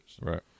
Right